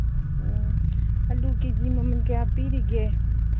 ꯑꯣ ꯑꯂꯨ ꯀꯦꯖꯤ ꯃꯃꯜ ꯀꯌꯥ ꯄꯤꯔꯤꯒꯦ